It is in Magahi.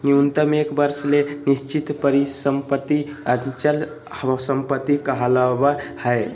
न्यूनतम एक वर्ष ले निश्चित परिसम्पत्ति अचल संपत्ति कहलावय हय